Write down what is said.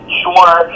sure